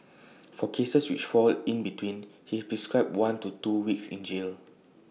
for cases which fall in between he prescribed one to two weeks in jail